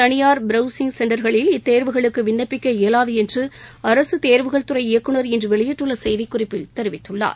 தனியார் பிரவுசிங் சென்டர்களில் இத்தேர்வுகளுக்கு விண்ணப்பிக்க இயலாது என்று அரசு தேர்வுகள் துறை இயக்குநர் இன்று வெளியிட்டுள்ள செய்திக்குறிப்பில் தெரிவித்துள்ளார்